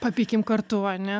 papykim kartu ane